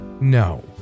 No